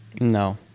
No